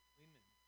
women